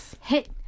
hit